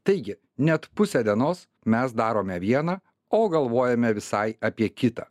taigi net pusę dienos mes darome vieną o galvojame visai apie kitą